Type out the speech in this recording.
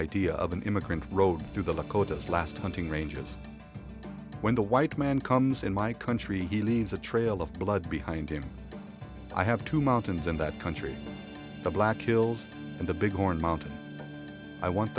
idea of an immigrant road through the lakotas last hunting ranges when the white man comes in my country he leaves a trail of blood behind him i have two mountains in that country the black hills and the big horn mountains i want